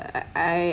but I